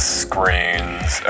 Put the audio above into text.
screens